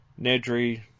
Nedry